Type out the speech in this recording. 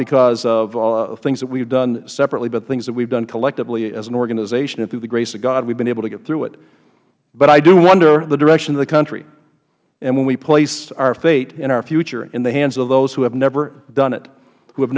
because of things that we have done separately but things that we have done collectively as an organization and through the grace of god we have been able to get through it but i do wonder the direction of the country and when we place our faith in our future in the hands of those who have never done it who have